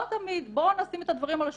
לא תמיד, בוא נשים את הדברים על השולחן.